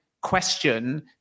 question